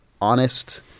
honest